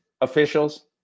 officials